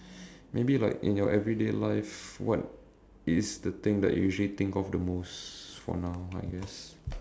maybe like in your everyday life what is the thing that you usually think of the most for now I guess